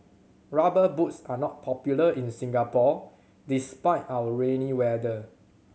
Rubber Boots are not popular in Singapore despite our rainy weather